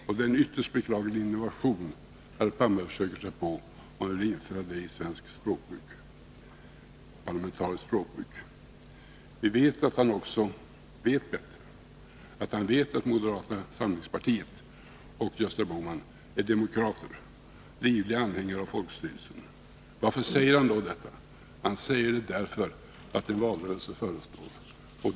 Det är en ytterst beklaglig innovation herr Palme försöker sig på, om han vill införa sådana uttryck i svenskt parlamentariskt språkbruk. Vi vet att han vet att moderata samlingspartiet och Gösta Bohman är demokrater och livliga anhängare av folkstyrelsen. Varför säger han då detta? Han säger det därför att en valrörelse förestår.